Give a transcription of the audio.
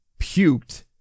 puked